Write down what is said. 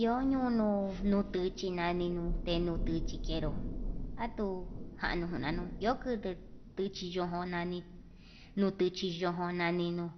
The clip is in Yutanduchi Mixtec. Iho nunu nuu tuchi nani nuu nduu chikeu, akuu njanuu nuna nuu iho kutuu tuchi nunani ñiu tuchi yojonani nuu